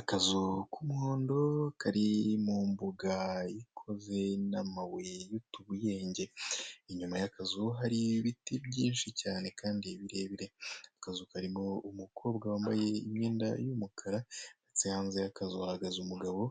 Akazu k'umuhondo kari mu imbuga ikozwe n'amabuye y'utubuyenge, inyuma yakazu hari ibiti byishi cyane kandi birebire, ako kazu karimo umukobwa wambaye imyenda y'umukara ndetse hanze y'akazu hahagaze umugabo